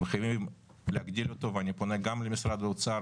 וחייבים להגדיל אותו ואני פונה גם למשרד האוצר